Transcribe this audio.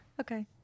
Okay